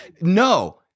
No